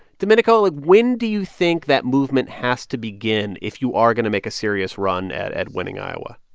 domenico, like, when do you think that movement has to begin if you are going to make a serious run at at winning iowa?